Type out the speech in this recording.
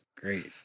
great